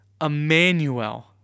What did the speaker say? Emmanuel